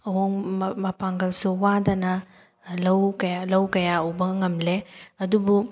ꯃꯄꯥꯡꯒꯜꯁꯨ ꯋꯥꯗꯅ ꯂꯧ ꯀꯌꯥ ꯂꯧ ꯀꯌꯥ ꯎꯕ ꯉꯝꯂꯦ ꯑꯗꯨꯕꯨ